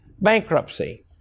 bankruptcy